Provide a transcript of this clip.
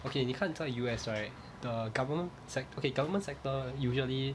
okay 你看在 U_S right the government sect~ okay government sector usually